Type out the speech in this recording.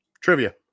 trivia